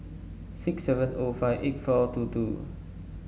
six seven O five eight four two two